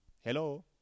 Hello